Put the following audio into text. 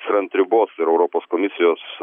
jis yra ant ribos ir europos komisijos